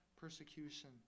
persecution